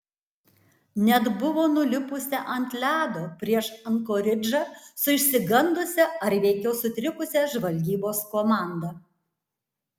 net buvo nulipusi ant ledo prieš ankoridžą su išsigandusia ar veikiau sutrikusia žvalgybos komanda